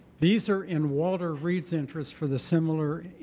these are in walter reed's interest for the similar